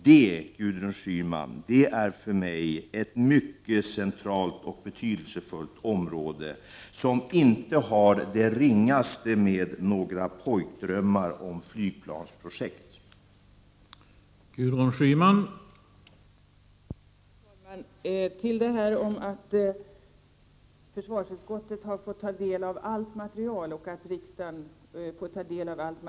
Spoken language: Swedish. Detta är för mig ett mycket centralt och betydelsefullt område, som inte har det ringaste med några pojkdrömmar om flygplansprojekt att göra.